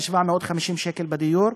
כ-750 שקל בדיור,